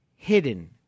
Hidden